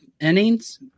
innings